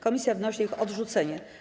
Komisja wnosi o ich odrzucenie.